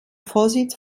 vorsitz